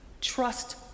Trust